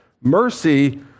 Mercy